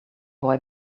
boy